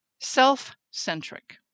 self-centric